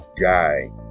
guy